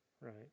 right